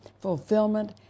fulfillment